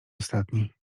ostatni